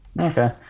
Okay